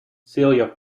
celia